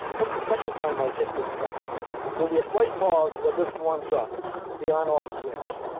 that's the second time i hit this button here. there'll be a slight pause while this warms up the on off switch.